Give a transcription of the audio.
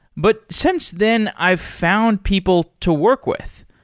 but since then, i've found people to work with,